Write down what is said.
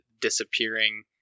disappearing